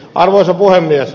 arvoisa puhemies